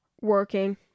Working